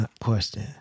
question